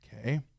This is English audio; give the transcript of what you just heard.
okay